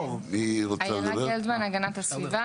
אילה גלדמן, הגנת הסביבה.